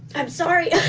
i'm sorry,